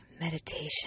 meditation